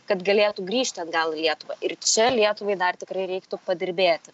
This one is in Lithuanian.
kad galėtų grįžti atgal į lietuvą ir čia lietuvai dar tikrai reiktų padirbėti